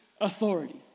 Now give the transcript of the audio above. authority